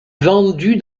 vendue